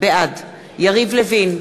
בעד יריב לוין,